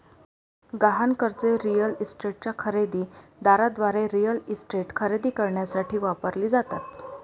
गहाण कर्जे रिअल इस्टेटच्या खरेदी दाराद्वारे रिअल इस्टेट खरेदी करण्यासाठी वापरली जातात